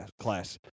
class